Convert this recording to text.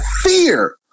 fear